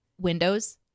windows